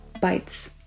bites